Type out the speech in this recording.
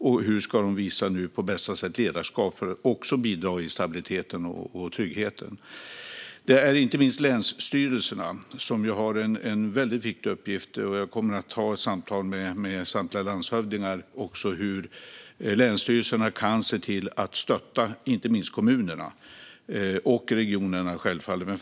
Och hur ska de nu på bästa sätt visa ledarskap för att också bidra till stabiliteten och tryggheten? Inte minst länsstyrelserna har en väldigt viktig uppgift. Jag kommer att ha ett samtal med samtliga landshövdingar om hur länsstyrelserna kan stötta inte minst kommunerna och, självfallet, regionerna.